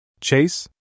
Chase